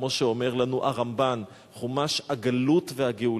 כמו שאומר לנו הרמב"ן: חומש הגלות והגאולה.